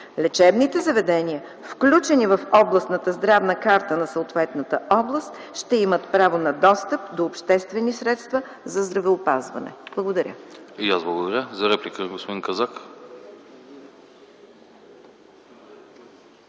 Лечебните заведения включени в областната здравна карта на съответната област ще имат право на достъп до обществени средства за здравеопазване. Благодаря. ПРЕДСЕДАТЕЛ АНАСТАС АНАСТАСОВ: И аз благодаря. За реплика – господин Казак.